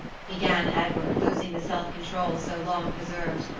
began edward, losing the self-control so long preserved.